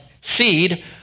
seed